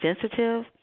sensitive